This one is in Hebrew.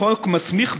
החוק מסמיך,